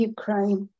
Ukraine